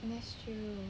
that's true